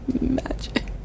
magic